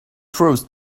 throws